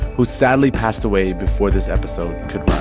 who sadly passed away before this episode could